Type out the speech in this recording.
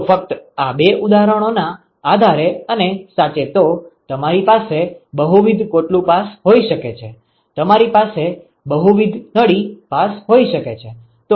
તો ફક્ત આ બે ઉદાહરણોના આધારે અને સાચે તો તમારી પાસે બહુવિધ કોટલું પાસ હોઈ શકે છે તમારી પાસે બહુવિધ નળી પાસ હોઈ શકે છે